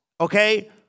okay